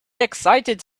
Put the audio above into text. excited